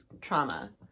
trauma